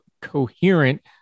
coherent